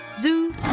zoo